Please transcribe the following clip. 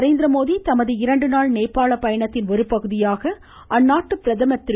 நரேந்திரமோடி தமது இரண்டு நாள் நேபாள பயணத்தின் ஒருபகுதியாக அந்நாட்டு பிரதமர் திரு